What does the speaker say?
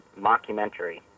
mockumentary